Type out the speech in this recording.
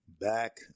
Back